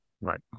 right